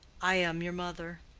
i am your mother.